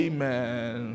Amen